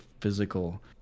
physical